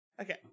Okay